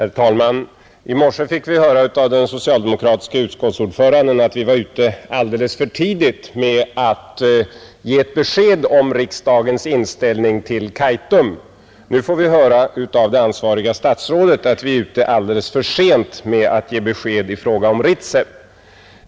Herr talman! I morse fick vi höra av den socialdemokratiske utskottsordföranden att vi var ute alldeles för tidigt med att ge ett besked om riksdagens inställning till Kaitum. Nu får vi höra av det ansvariga statsrådet att vi är ute alldeles för sent med att ge besked i fråga om Ritsem.